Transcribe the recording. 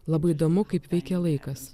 labai įdomu kaip veikia laikas